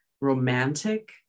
romantic